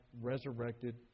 resurrected